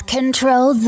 Control